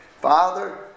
Father